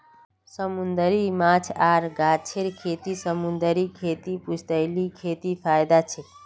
समूंदरी माछ आर गाछेर खेती समूंदरी खेतीर पुश्तैनी खेतीत फयदा छेक